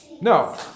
No